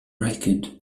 record